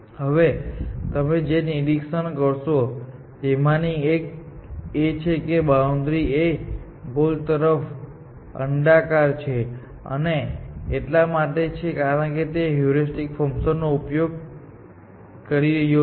હવે તમે જે નિરીક્ષણ કરશો તેમાંની એક એ છે કે બાઉન્ડ્રી એ ગોલ તરફ અંડાકાર છે અને તે એટલા માટે છે કારણ કે તે હ્યુરિસ્ટિક ફંકશન નો ઉપયોગ કરી રહ્યો છે